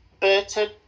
Burton